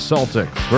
Celtics